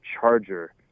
charger